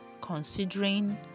considering